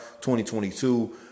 2022